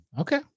Okay